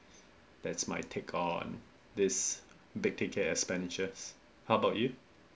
that's my take on this big take care of expenditures how about you